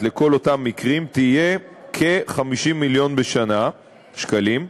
בכל אותם מקרים תהיה כ-50 מיליון שקלים בשנה,